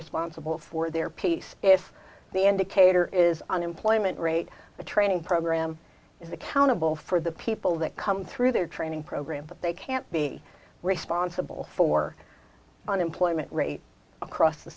responsible for their piece if the indicator is unemployment rate the training program is accountable for the people that come through their training program but they can't be responsible for unemployment rate across the